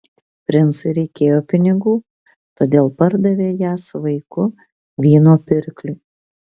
princui reikėjo pinigų todėl pardavė ją su vaiku vyno pirkliui